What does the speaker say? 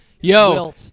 Yo